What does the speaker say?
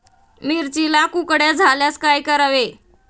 मिरचीला कुकड्या झाल्यास काय करावे?